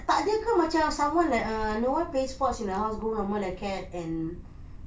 tak ada ke macam someone like err no one plays sports in the house go normal acad~ and